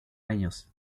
años